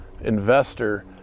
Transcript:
investor